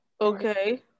okay